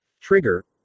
Trigger